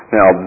Now